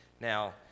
Now